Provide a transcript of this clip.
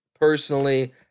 personally